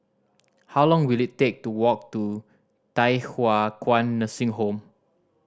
how long will it take to walk to Thye Hua Kwan Nursing Home